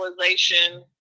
realization